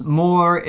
more